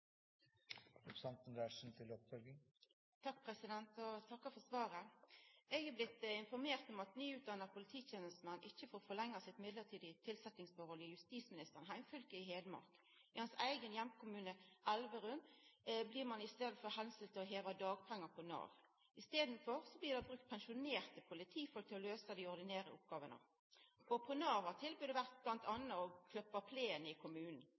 takkar for svaret. Eg er blitt informert om at nyutdanna polititenestemenn ikkje har fått forlengt sitt mellombelse tilsetjingsforhold i justisministerens heimfylke, Hedmark. I hans eigen heimkommune Elverum blir ein vist til å heva dagpengar hos Nav, og i staden blir det brukt pensjonerte politifolk til å løysa dei ordinære oppgåvene. Hos Nav har tilbodet bl.a. vore å klippa plenane i kommunen.